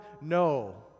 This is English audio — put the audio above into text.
no